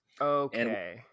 Okay